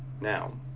now